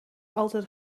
altijd